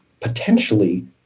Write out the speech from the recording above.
potentially